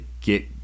get